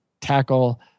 tackle